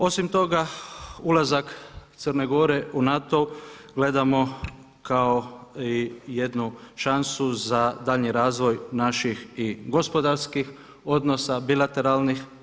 Osim toga, ulazak Crne Gore u NATO gledamo kao i jednu šansu za daljnji razvoj naših i gospodarskih odnosa, bilateralnih.